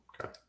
Okay